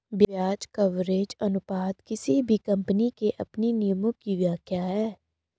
ब्याज कवरेज अनुपात किसी भी कम्पनी के अपने नियमों की व्याख्या है